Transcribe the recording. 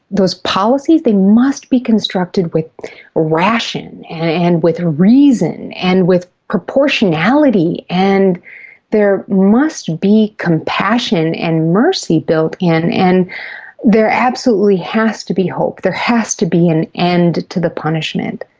those policies, they must be constructed with ration and and with reason and with proportionality, and there must be compassion and mercy built in, and there absolutely has to be hope. there has to be an end to the punishment.